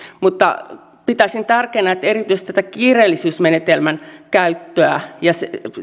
mutta pitäisin tärkeänä erityisesti tätä kiireellisyysmenetelmän käyttöä se